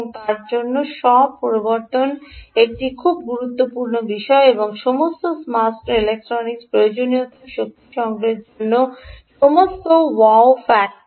তার অর্থ স্ব প্রবর্তন একটি খুব গুরুত্বপূর্ণ বিষয় এবং সমস্ত স্মার্ট ইলেক্ট্রনিক্স প্রয়োজনীয়ভাবে শক্তি সংগ্রহের জন্য সমস্ত ওয়াও ফ্যাক্টর